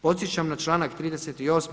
Podsjećam na članak 38.